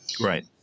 Right